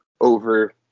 over